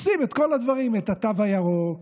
את התו הירוק,